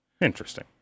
Interesting